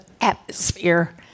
atmosphere